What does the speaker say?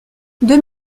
deux